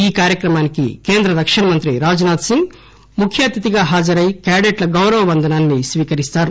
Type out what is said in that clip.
ఈ కార్యక్రమానికి కేంద్ర రక్షణ మంత్రి రాజ్ నాథ్ సింగ్ ముఖ్య అతిథిగా హాజరై క్యాడెట్ల గౌరవ వంధనాన్ని స్వీకరిస్తారు